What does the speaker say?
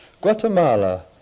Guatemala